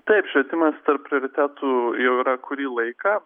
taip švietimas tarp prioritetų jau yra kurį laiką